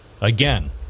Again